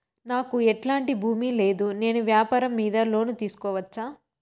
నాకు ఎట్లాంటి భూమి లేదు నేను వ్యాపారం మీద లోను తీసుకోవచ్చా?